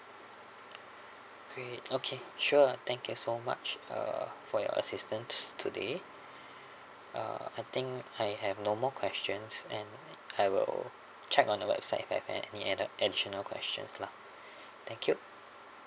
okay okay sure thank you so much uh for your assistant today uh I think I have no more questions and I will check on your website if I have any added additional questions lah thank you